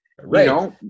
Right